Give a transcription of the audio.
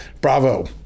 bravo